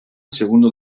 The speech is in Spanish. segundo